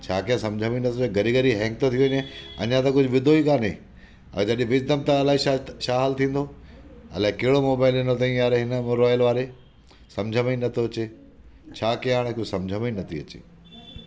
छा कयां सम्झ में ई न थो अचे घड़ी घड़ी हैंग थो थी वञे अञा त कुझु विधो ई कोन्हे जॾहिं विझदमि त अलाए छा छा हालु थींदो अलाए कहिड़ो मोबाइल ॾिनो अथई यारु हिन रॉयल वारे सम्झ में ई नथो अचे छा कयां हाणे कुझु सम्झ में ई न थी अचे